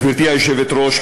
גברתי היושבת-ראש,